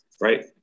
Right